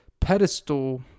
pedestal